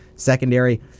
Secondary